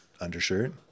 undershirt